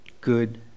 good